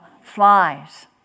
flies